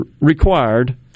required